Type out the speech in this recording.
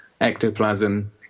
ectoplasm